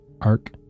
arc